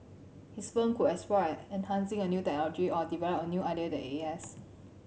his firm could enhancing a new technology or develop a new idea that it